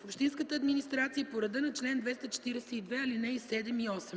в общинската администрация по реда на чл. 242, ал. 7 и 8.